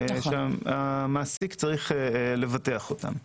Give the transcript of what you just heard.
המעסיק צריך לבטח אותם.